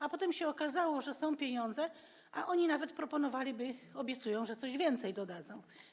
A potem się okazało, że są pieniądze, a oni nawet proponowaliby - obiecują - że coś więcej dodadzą.